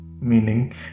Meaning